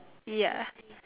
ya